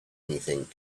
anything